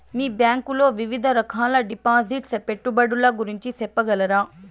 మీ bank లో వివిధ రకాల డిపాసిట్స్, పెట్టుబడుల గురించి సెప్పగలరా?